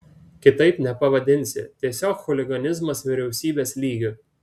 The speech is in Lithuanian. kitaip nepavadinsi tiesiog chuliganizmas vyriausybės lygiu